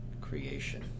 creation